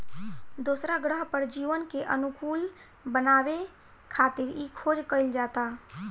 दोसरा ग्रह पर जीवन के अनुकूल बनावे खातिर इ खोज कईल जाता